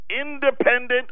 independent